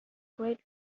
great